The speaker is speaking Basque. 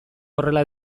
horrela